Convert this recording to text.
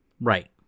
Right